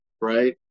right